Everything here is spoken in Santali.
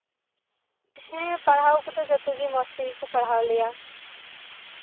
ᱦᱮᱸ ᱯᱟᱲᱦᱟᱣ ᱠᱚᱫᱚ ᱡᱚᱛᱚ ᱜᱮ ᱢᱚᱸᱡ ᱛᱮᱜᱮ ᱠᱩ ᱯᱟᱲᱦᱟᱣ ᱞᱮᱭᱟ